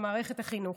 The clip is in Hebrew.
במערכת החינוך.